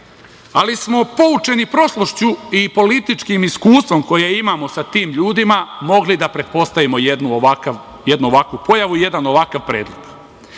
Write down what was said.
ali smo poučeni prošlošću i političkim iskustvom koje imamo sa tim ljudima mogli da pretpostavimo jednu ovakvu pojavu, jedan ovakav predlog. Još